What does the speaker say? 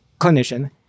clinician